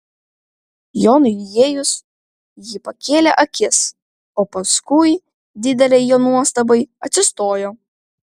jonui įėjus ji pakėlė akis o paskui didelei jo nuostabai atsistojo